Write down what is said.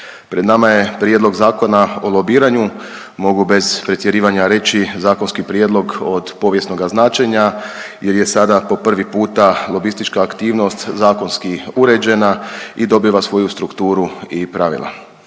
pred nama je Prijedlog Zakona o lobiranju, mogu bez pretjerivanja reći zakonski prijedlog od povijesnoga značenja jer je sada po prvi puta lobistička aktivnost zakonski uređena i dobiva svoju strukturu i pravila.